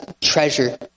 treasure